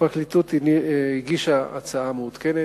הפרקליטות הגישה הצעה מעודכנת,